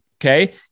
okay